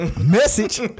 message